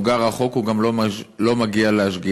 הוא גר רחוק והוא גם לא מגיע להשגיח.